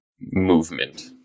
movement